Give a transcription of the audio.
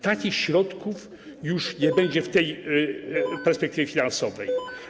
Takich środków już nie będzie w tej perspektywie finansowej.